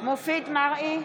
מופיד מרעי,